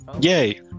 Yay